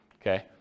Okay